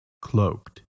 cloaked